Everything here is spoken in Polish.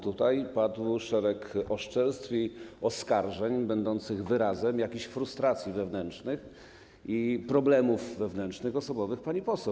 Tutaj padł szereg oszczerstw i oskarżeń będących wyrazem frustracji wewnętrznych i problemów wewnętrznych, osobowych pani poseł.